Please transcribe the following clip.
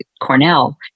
Cornell